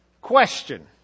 question